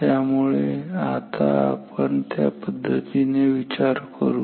त्यामुळे आता आपण त्या पद्धतीने विचार करू